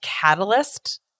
catalyst